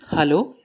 hello